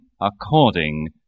according